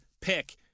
pick